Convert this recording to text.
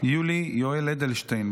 יולי יואל אדלשטיין,